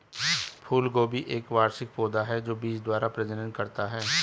फूलगोभी एक वार्षिक पौधा है जो बीज द्वारा प्रजनन करता है